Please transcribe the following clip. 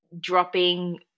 dropping